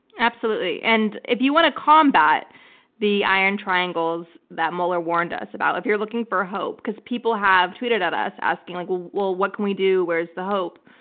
absolutely. and if you want to combat the iron triangles that mueller warned us about, if you're looking for hope, cause people have tweeted at us asking, like well, what can we do? where's the hope?